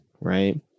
right